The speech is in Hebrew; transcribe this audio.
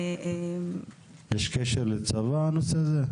יש קשר לצבא בנושא הזה?